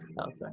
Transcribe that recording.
Okay